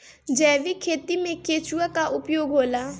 जैविक खेती मे केचुआ का उपयोग होला?